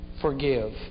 forgive